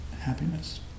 happiness